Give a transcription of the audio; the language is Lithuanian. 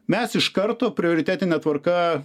mes iš karto prioritetine tvarka